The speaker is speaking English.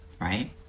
right